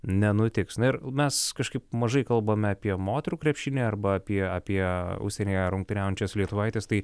nenutiks na ir mes kažkaip mažai kalbame apie moterų krepšinį arba apie apie užsienyje rungtyniaujančias lietuvaites tai